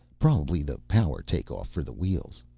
probably the power takeoff for the wheels.